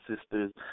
sister's